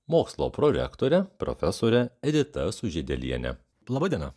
mokslo prorektore profesore edita sužiedeliene laba diena